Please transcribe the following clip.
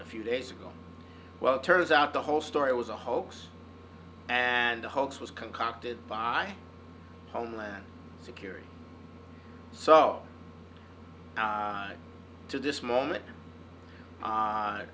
a few days ago well it turns out the whole story was a hoax and a hoax was concocted by homeland security so to this moment